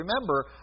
remember